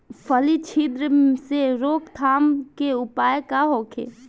फली छिद्र से रोकथाम के उपाय का होखे?